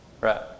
Right